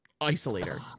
isolator